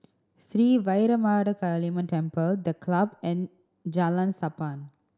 Sri Vairavimada Kaliamman Temple The Club and Jalan Sappan